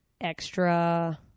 extra